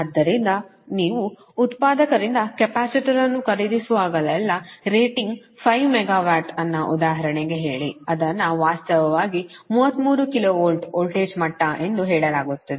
ಆದ್ದರಿಂದ ನೀವು ಉತ್ಪಾದಕರಿಂದ ಕೆಪಾಸಿಟರ್ ಅನ್ನು ಖರೀದಿಸುವಾಗಲೆಲ್ಲಾ ರೇಟಿಂಗ್ 5 ಮೆಗಾವ್ಯಾಟ್ ಅನ್ನು ಉದಾಹರಣೆಗೆ ಹೇಳಿ ಅದನ್ನು ವಾಸ್ತವವಾಗಿ 33 KV ವೋಲ್ಟೇಜ್ ಮಟ್ಟ ಎಂದು ಹೇಳಲಾಗುತ್ತದೆ